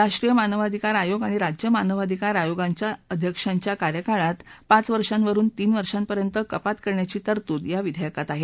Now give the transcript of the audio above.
राष्ट्रीय मानवाधिकार आयोग अणि राज्य मानवधिकार आयोगांच्या अध्यक्षांच्या कार्यकाळात पाच वर्षावरून तीन वर्षापर्यंत कपात करण्याची तरतूद या विघेयकात आहे